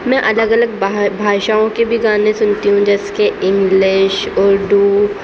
میں الگ الگ باہر بھاشاؤں کے بھی گانے سنتی ہوں جیسے کہ انگلش اردو